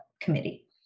committee